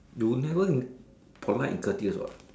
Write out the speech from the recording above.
you will never polite in thirty years what